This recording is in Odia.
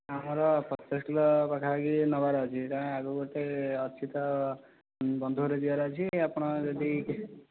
ଆମର ପଚାଶ କିଲୋ ପାଖା ପାଖି ନେବାର ଅଛି ଆଗକୁ ଗୋଟେ ଅଛି ତ ବନ୍ଧୁ ଘର ଯିବାର ଅଛି ଆପଣ ଯଦି କିଛି